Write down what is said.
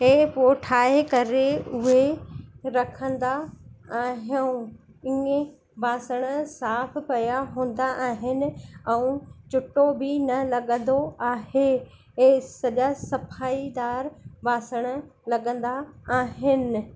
पोइ ठाहे करे उहे रखंदा आहियूं इएं बासण साफ़ु पया हूंदा आहिनि ऐं चिट्टो बि न लॻंदो आहे हे सॼा सफ़ाईदार बासण लॻंदा आहिनि